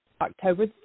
October